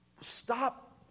stop